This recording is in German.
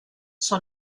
zur